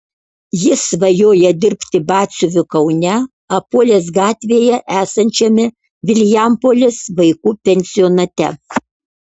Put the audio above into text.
jis svajoja dirbti batsiuviu kaune apuolės gatvėje esančiame vilijampolės vaikų pensionate